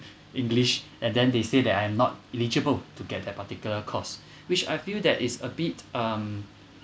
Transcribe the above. english and then they say that I am not eligible to get that particular course which I feel that it's a bit um